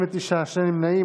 59, שני נמנעים.